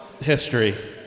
history